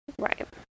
Right